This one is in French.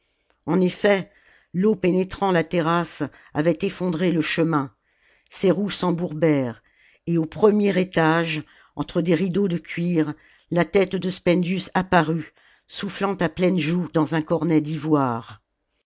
en effet l'eau pénétrant la terrasse avait effondré le chemin ses roues s'embourbèrent et au premier étage entre des rideaux de cuir la tête de spendius apparut soufflant à pleines joues dans un cornet d'ivoire